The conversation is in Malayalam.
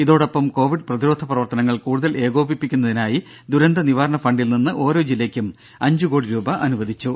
ഇതോടൊപ്പം കൊവിഡ് പ്രതിരോധ പ്രവർത്തനങ്ങൾ കൂടുതൽ ഏകോപിപ്പിക്കുന്നതിനായി ദുരന്തനിവാരണ ഫണ്ടിൽ നിന്ന് ഓരോ ജില്ലക്കും അഞ്ചുകോടി രൂപ അനുവദിച്ചു